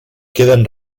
queden